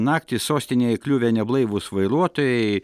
naktį sostinėje įkliuvę neblaivūs vairuotojai